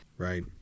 Right